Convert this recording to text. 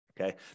Okay